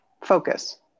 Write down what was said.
focus